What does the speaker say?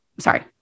Sorry